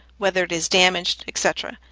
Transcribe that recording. whether it is damaged, etc.